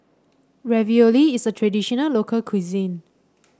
ravioli is a traditional local cuisine